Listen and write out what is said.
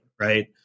right